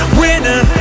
winner